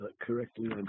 correctly